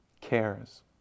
cares